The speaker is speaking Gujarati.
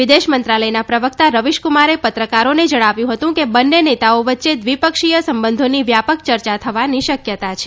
વિદેશ મંત્રાલયના પ્રવક્તા રવિશ કુમારે પત્રકારોને જણાવ્યું હતું કે બંને નેતાઓ વચ્ચે દ્વિપક્ષીય સંબંધોની વ્યાપક ચર્ચા થવાની શક્યતા છે